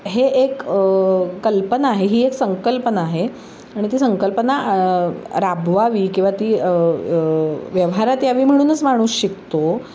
हे एक कल्पना आहे ही एक संकल्पना आहे आणि ती संकल्पना राबवावी किंवा ती व्यवहारात यावी म्हणूनच माणूस शिकतो